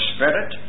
Spirit